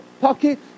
pocket